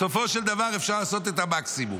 בסופו של דבר אפשר לעשות את המקסימום.